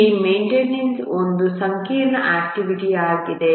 ಇಲ್ಲಿ ಮೈಂಟೆನನ್ಸ್ ಒಂದು ಸಂಕೀರ್ಣ ಆಕ್ಟಿವಿಟಿ ಆಗಿದೆ